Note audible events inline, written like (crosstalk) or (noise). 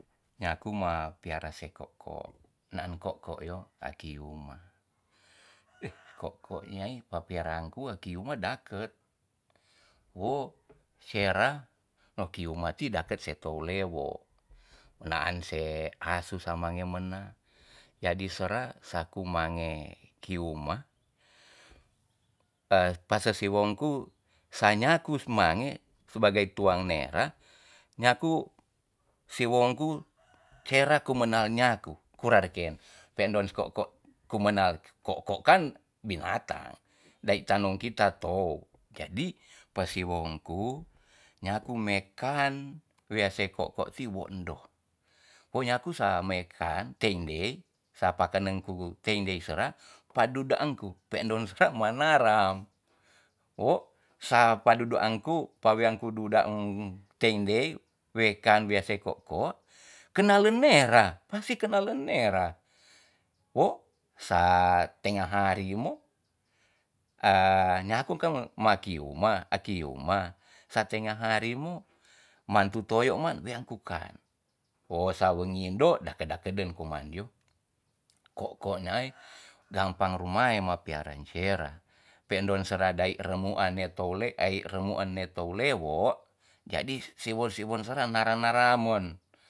Nyaku ma piara se ko'ko naan ko'ko yo aki uma (noise) ko'ko nai ma piaraanku kiuma daket wo sera aki uma ti daket se tou lewo naan se asu samange mena jadi sera saku mange kium (hesitation) paser siwongku sa nyaku semange sebagai tuang nera nyaku siwongku sera kumena nyaku kura reken pe endon ko'ko kumenam ko'ko kan binatang dai tanong kita tou jadi pasiwong ku nyaku mekan wease ko'ko tiwo endo o nyaku sa mekan tendei sapa keneng ku tendei sera paduda'an ku pe endon sera manaram wo sapa duduan ku pawean ku duduen tendei wekan wesai ko'ko kenal lenera pasti kenal lenera wo sa tenga hari mo a nyaku kan makiuma akiuma sa tenga hari mo mantu toyo man wean kukan o sawengi ndo dakedakedeng koman yo ko'ko nai gampang rumai mapiara sera pe endon sera dai remuan ne tou le dai remuan nei tou lewo jadi siwor siwon sera nara nara mon